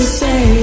say